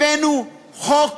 הבאנו חוק